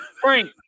Frank